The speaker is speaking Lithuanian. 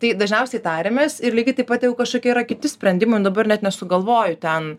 tai dažniausiai tariamės ir lygiai taip pat jeigu kažkokie yra kiti sprendimai nu dabar net nesugalvoju ten